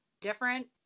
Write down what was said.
different